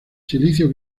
silicio